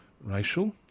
racial